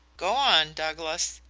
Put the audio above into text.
go on, douglas.